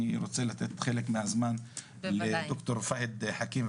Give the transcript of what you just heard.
אני רוצה לתת חלק מהזמן לדוקטור פהד חכים,